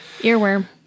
Earworm